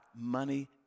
money